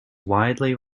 widely